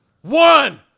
One